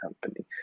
company